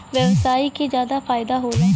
व्यवसायी के जादा फईदा होला